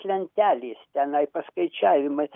lentelės tenai paskaičiavimai